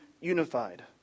unified